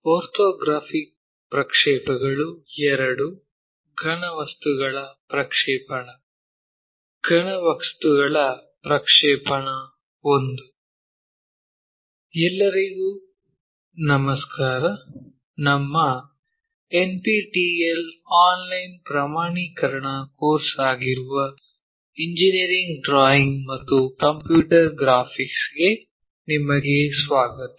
ಘನವಸ್ತುಗಳ ಪ್ರಕ್ಷೇಪಗಳು I ಎಲ್ಲರಿಗೂ ನಮಸ್ಕಾರ ನಮ್ಮ ಎನ್ಪಿಟಿಇಎಲ್ ಆನ್ಲೈನ್ ಪ್ರಮಾಣೀಕರಣ ಕೋರ್ಸ್ ಆಗಿರುವ ಇಂಜಿನಿಯರಿಂಗ್ ಡ್ರಾಯಿಂಗ್ ಮತ್ತು ಕಂಪ್ಯೂಟರ್ ಗ್ರಾಫಿಕ್ಸ್ ಗೆ ನಿಮಗೆ ಸ್ವಾಗತ